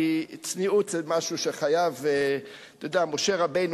כי צניעות זה משהו שחייב משה רבנו